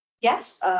Yes